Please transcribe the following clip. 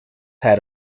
had